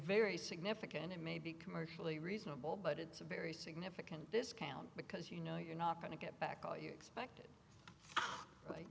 very significant it may be commercially reasonable but it's a very significant discount because you know you're not going to get back all you expect